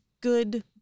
good